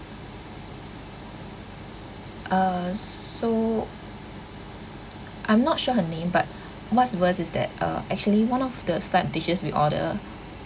uh so I'm not sure her name but what's worse is that uh actually one of the side dishes we ordered